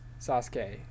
sasuke